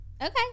Okay